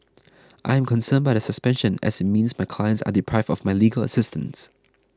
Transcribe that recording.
I am concerned by the suspension as it means my clients are deprived of my legal assistance